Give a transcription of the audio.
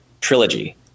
trilogy